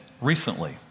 recently